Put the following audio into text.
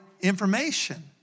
information